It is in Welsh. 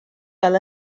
fel